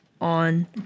on